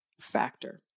factor